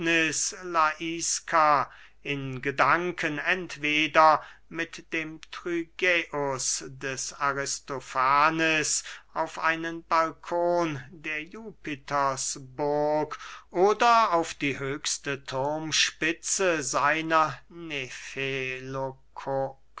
in gedanken entweder mit dem trygäus des aristofanes auf einen balkon der jupitersburg oder auf die höchste thurmspitze seiner